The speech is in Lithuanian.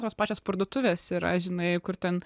tos pačios parduotuvės yra žinai kur ten